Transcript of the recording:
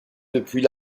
depuis